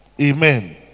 Amen